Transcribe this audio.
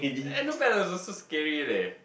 Anabella is also scary leh